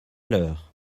l’heure